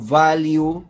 value